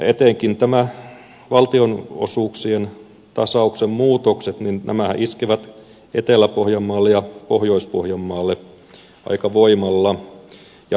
etenkin nämä valtionosuuksien tasauksen muutokset nämähän iskevät etelä pohjanmaalle ja pohjois pohjanmaalle aika voimalla ja pieniin kuntiin